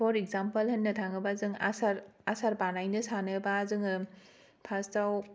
पर इगजामफोल होननो थाङोबा आचार आचार बानायनो सानोबा जोङो फार्सट आव